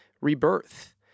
rebirth